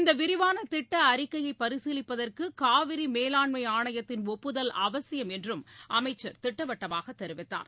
இந்த விரிவான திட்ட அறிக்கையை பரிசீலிப்பதற்கு காவிரி மேலாண்மை ஆணையத்தின் ஒப்புதல் அவசியம் என்றும் அமைச்சர் திட்டவட்டமாக தெரிவித்தார்